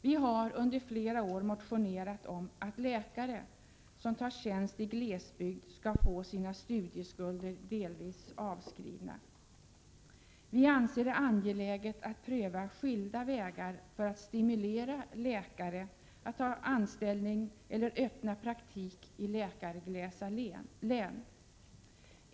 Vi har under flera år motionerat om att läkare som tar tjänst i glesbygd skall få sina studieskulder delvis avskrivna. Vi anser det angeläget att pröva skilda vägar för att stimulera läkare att ta anställning eller öppna praktik i läkarglesa län.